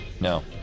No